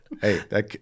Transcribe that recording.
Hey